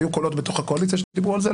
היו קולות בתוך הקואליציה שדיברו על זה,